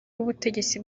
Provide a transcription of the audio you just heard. w’ubutegetsi